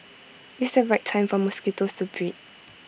it's the right time for mosquitoes to breed